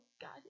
God